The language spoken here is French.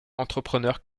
entrepreneur